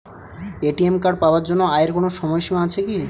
ATM card পাওয়ার জন্য আয়ের কোনো সীমা আছে কি?